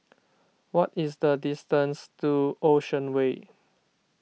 what is the distance to Ocean Way